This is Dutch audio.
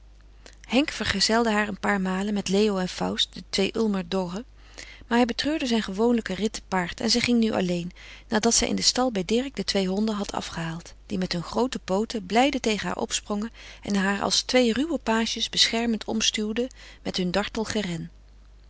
henk vergezelde haar een paar malen met leo en faust de twee ulmerdoggen maar hij betreurde zijn gewoonlijken rit te paard en zij ging nu alleen nadat zij in den stal bij dirk de twee honden had afgehaald die met hun groote pooten blijde tegen haar opsprongen en haar als twee ruwe pages beschermend omstuwden met hun dartel geren